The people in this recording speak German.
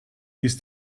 ist